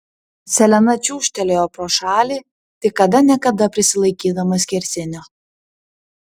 selena čiūžtelėjo pro šalį tik kada ne kada prisilaikydama skersinio